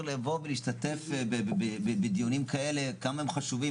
לבוא ולהשתתף בדיונים כאלה כמה הם חשובים.